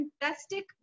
fantastic